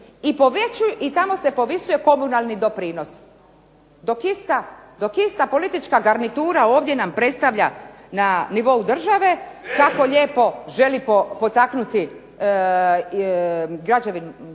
i tamo se povisuje komunalni doprinos. Dok ista politička garnitura ovdje nam predstavlja na nivou države, tako lijepo želi potaknuti građevinsku